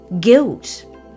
Guilt